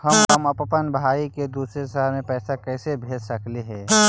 हम अप्पन भाई के दूसर शहर में पैसा कैसे भेज सकली हे?